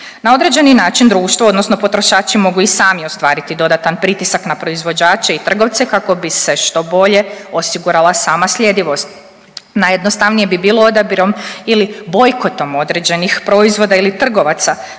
Na određeni način društvo odnosno potrošači mogu i sami ostvariti dodatan pritisak na proizvođače i trgovce kako bi se što bolje osigurala sama sljedivost. Najjednostavnije bi bilo odabirom ili bojkotom određenih proizvoda ili trgovaca